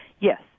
Yes